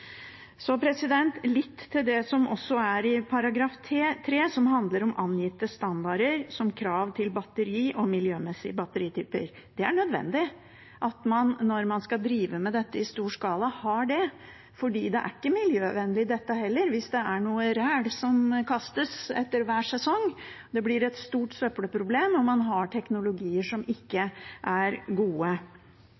Så litt til det som står i § 3, som handler om angitte standarder, som krav til batteri og miljømessige batterityper. Det er nødvendig at man når man skal drive med dette i stor skala, har det, for det er ikke miljøvennlig, dette heller, hvis det er noe ræl som kastes etter hver sesong. Det blir et stort søppelproblem når man har teknologier som ikke